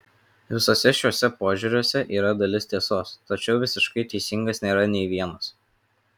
visuose šiuose požiūriuose yra dalis tiesos tačiau visiškai teisingas nėra nei vienas